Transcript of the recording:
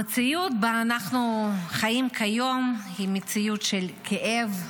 המציאות שבה אנחנו חיים כיום היא מציאות של כאב,